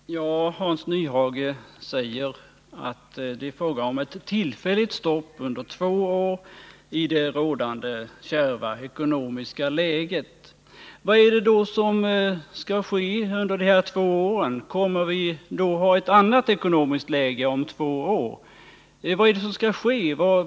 Herr talman! Hans Nyhage säger att det är fråga om ett tillfälligt stopp under två år till följd av det kärva ekonomiska läget. Men vad är det då som skall ske under de här två åren? Kommer vi att ha ett annat ekonomiskt läge om två år?